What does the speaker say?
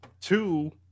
two-